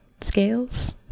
scales